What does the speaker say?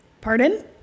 Pardon